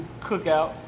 cookout